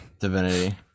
Divinity